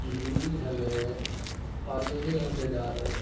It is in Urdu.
جی ہمیں قانونی عہدے داروں